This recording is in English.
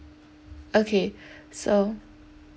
okay so